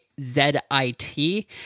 Z-I-T